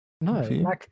no